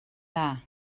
dda